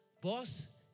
boss